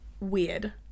weird